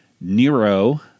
Nero